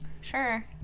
Sure